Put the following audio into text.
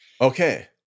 Okay